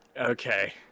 Okay